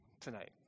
tonight